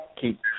keep